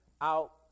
out